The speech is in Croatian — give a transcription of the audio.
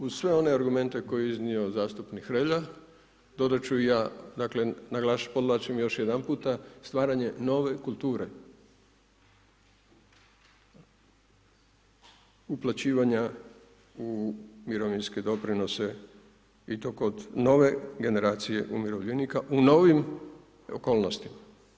Uz sve one argumente koje je iznio zastupnik Hrelja dodati ću i ja, dakle podvlačim još jedan puta stvaranje nove kulture uplaćivanja u mirovinske doprinose i to kod nove generacije umirovljenika u novim okolnostima.